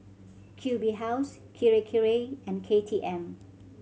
Q B House Kirei Kirei and K T M